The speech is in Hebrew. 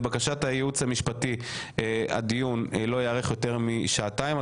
לבקשת הייעוץ המשפטי הדיון לא יארך יותר משעתיים,